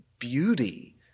beauty